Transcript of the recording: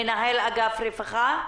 מנהל אגף רווחה.